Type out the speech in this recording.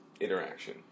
interaction